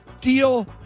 Deal